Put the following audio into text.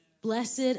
Blessed